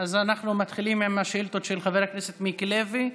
אנחנו מתחילים עם שאילתות של חבר הכנסת מיקי לוי.